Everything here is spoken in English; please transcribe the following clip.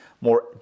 more